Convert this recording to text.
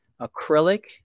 acrylic